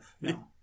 No